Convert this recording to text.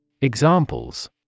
Examples